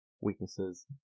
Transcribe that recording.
weaknesses